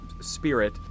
spirit